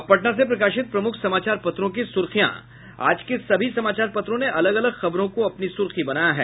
अब पटना से प्रकाशित प्रमुख समाचार पत्रों की सुर्खियां आज के सभी समाचार पत्रों ने अलग अलग खबरों को अपनी सुर्खी बनायी है